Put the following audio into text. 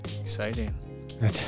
Exciting